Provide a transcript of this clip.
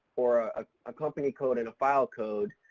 or ah a company code and a file code,